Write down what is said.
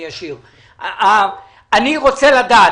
רוצה לדעת.